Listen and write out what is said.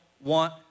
want